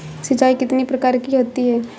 सिंचाई कितनी प्रकार की होती हैं?